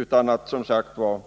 detta.